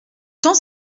temps